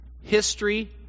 history